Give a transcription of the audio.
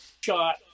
shot